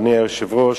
אדוני היושב-ראש,